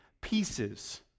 pieces